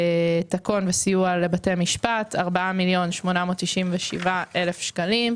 תקון וסיוע לבתי משפט 4,897,000 שקלים.